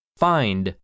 find